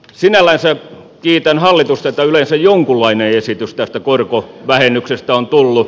sinällänsä kiitän hallitusta että yleensä jonkunlainen esitys tästä korkovähennyksestä on tullut